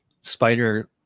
spider